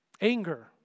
Anger